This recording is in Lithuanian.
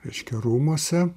reiškia rūmuose